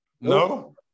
No